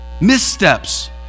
missteps